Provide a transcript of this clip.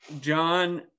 John